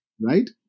right